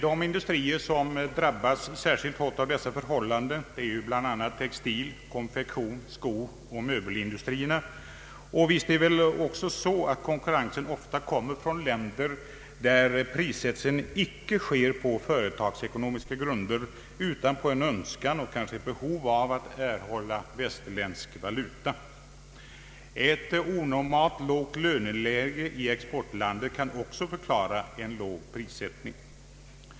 De industrier som drabbas särskilt hårt härav är bl.a. textil-, konfektions-, skooch möbelindustrierna. Konkurrensen kommer ofta från länder där prissättningen icke sker på företagsekonomiska grunder utan grundas på en önskan och ett behov att erhålla västerländsk valuta. Ett onormalt lågt löneläge i exportlandet kan också förklara en låg prissättning.